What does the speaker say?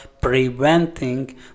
preventing